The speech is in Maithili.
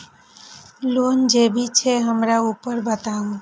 लोन जे भी छे हमरा ऊपर बताबू?